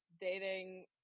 dating